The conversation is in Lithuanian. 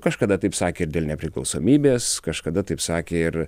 kažkada taip sakė ir dėl nepriklausomybės kažkada taip sakė ir